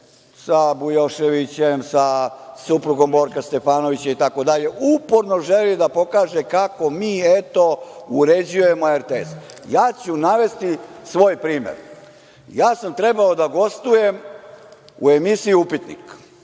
sa Bujoševićem, sa suprugom Borka Stefanovića, itd. uporno želi da pokaže kako mi, eto, uređujemo RTS.Navešću svoj primer. Trebao sam da gostujem u emisiji „Upitnik“